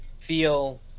feel